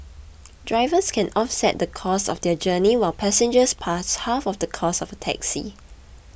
drivers can offset the cost of their journey while passengers pay half of the cost of a taxi